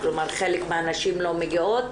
כלומר חלק מהנשים לא מגיעות.